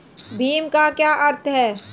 भीम का क्या अर्थ है?